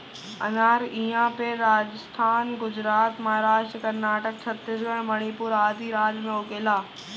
अनार इहां पे राजस्थान, गुजरात, महाराष्ट्र, कर्नाटक, छतीसगढ़ मणिपुर आदि राज में होखेला